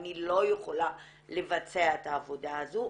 אני לא יכולה לבצע את העבודה הזו.